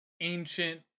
ancient